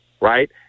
Right